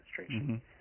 administration